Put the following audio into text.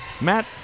Matt